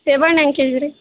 ಸೇಬು ಹಣ್ ಹೆಂಗ್ ಕೆಜಿ ರೀ